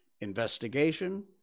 investigation